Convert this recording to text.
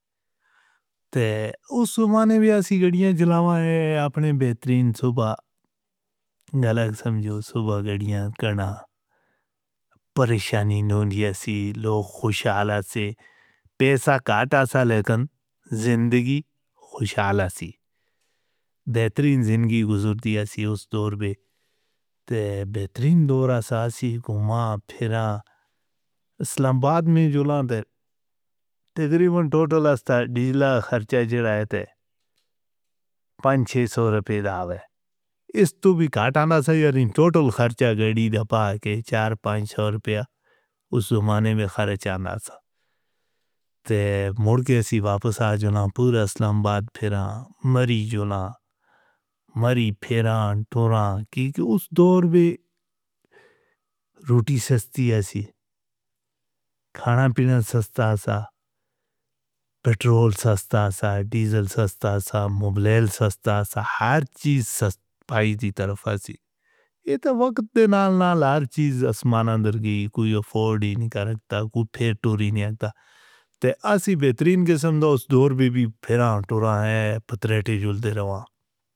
تو اُس سوما نے بیاسی گڑیاں جَلوا ہے، اپنے بہترین سوبا ڈالا۔ سمجھو صبح گڑیاں کرنا پریشانی ڈھونڈیا سی، لوہ خوشحال سے پیسے کاٹا سی۔ لیکن زندگی خوشحال سی، بہترین زِندگی گُزری تھی۔ ایسے اُس دور پے بہترین دورہ سا سی، گھوما پھرا۔ اسلام آباد میں جھولا در تیتری، ون ٹوٹل ڈیلا خرچہ چڑھا کے تے پانچ دے وے۔ اِس توں وی کٹانا سی، ٹوٹل خرچہ گھڑی دبا کے چار سو۔ اُس زمانے میں خرچہ نہ تو مڑ کے ایسے واپس آ جانا۔ پورا سلم آباد پھیرا ماری، جونہ ماری پھیرا۔ تورا کہ اُس دور میں روٹی سستی، ایسے کھانا پینا سستا سا، پیٹرول سستا سا، ڈیزل سستا سا، موبائل سستا سا، ہر چیز سستا۔ سپاہی دی طرف پھنسی۔ ایہ تو وقت دے نال نال ہر چیز آسمان اندر، کوئی اَفورڈ ہی نہیں کرتا۔ تیاسی بہترین دے سندوش، دھور بےبی پھیرا ہٹورا ہے، پھترتی جھول دے راوا۔